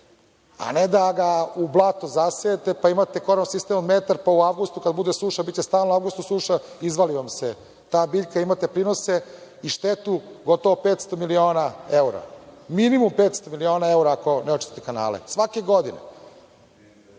a ne da ga u blato zasejete, pa imate korov sistem od metar, pa u avgustu, kada bude suša, biće stalno u avgustu suša, izvali vam se ta biljka. Imate prinose i štetu gotovo 500 miliona evra, minimum 500 miliona evra ako ne očistite kanale, svake godine. Hajde